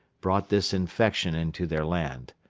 brought this infection into their land.